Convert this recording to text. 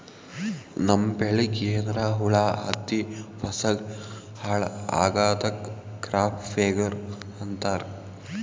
ನಮ್ಮ್ ಬೆಳಿಗ್ ಏನ್ರಾ ಹುಳಾ ಹತ್ತಿ ಫಸಲ್ ಹಾಳ್ ಆಗಾದಕ್ ಕ್ರಾಪ್ ಫೇಲ್ಯೂರ್ ಅಂತಾರ್